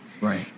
Right